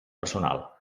personal